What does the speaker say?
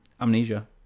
amnesia